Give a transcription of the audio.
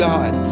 God